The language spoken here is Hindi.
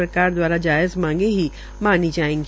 सरकार द्वारा जायज़ मांगे ही मानी जायेगी